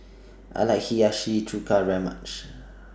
I like Hiyashi Chuka very much